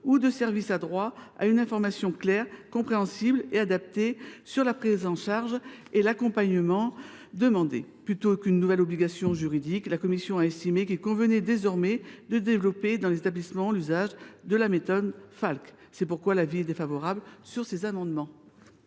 ou de services a droit à une information claire, compréhensible et adaptée sur la prise en charge et sur l’accompagnement demandés. Plutôt que de créer une nouvelle obligation juridique, la commission a estimé qu’il convenait désormais de développer dans les établissements l’usage de la méthode facile à lire et à comprendre : avis défavorable sur les deux amendements.